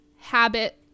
habit